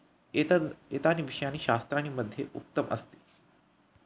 एतद् एतानि विषयाणि शास्त्राणि मध्ये उक्तम् अस्ति